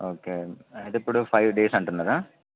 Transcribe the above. okay అయితే ఇప్పుడు five days అంటున్నారా